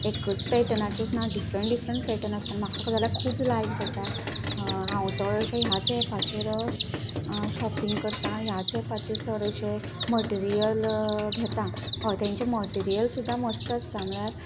एकच पेटनाचें ना डिफरंट डिफरंट पेर्टन आसतात म्हाका जाल्या खूब लायक जाता हांव चडशें ह्याच एपाचेर शोपींग करता ह्याच एपाचेर चडशें मटेरियल घेता हय तेंचें मटेरियल सुद्दां मस्त आसता